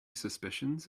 suspicions